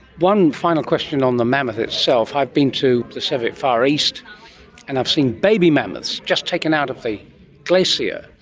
one final question on the mammoth itself, i've been to the soviet far east and i've seen baby mammoths just taken out of the glacier, yeah